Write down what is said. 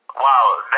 Wow